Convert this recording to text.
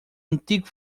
antigo